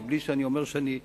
מבלי שאני אומר שאני מסכים,